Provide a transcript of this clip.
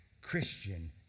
Christian